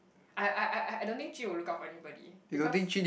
I I I I I don't think Jun-Yi will look out for anybody because